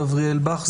גבריאל בך,